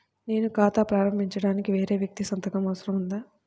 నేను ఖాతా ప్రారంభించటానికి వేరే వ్యక్తి సంతకం అవసరం ఉందా?